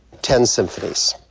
ten symphonies.